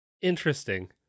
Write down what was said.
interesting